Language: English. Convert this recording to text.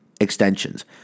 extensions